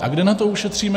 A kde na to ušetříme?